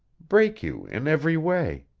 break you in every way.